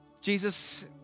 Jesus